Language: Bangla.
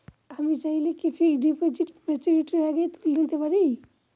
আমি চাইলে কি ফিক্সড ডিপোজিট ম্যাচুরিটির আগেই তুলে নিতে পারি?